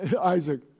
Isaac